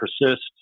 persist